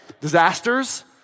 Disasters